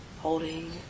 holding